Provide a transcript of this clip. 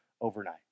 overnight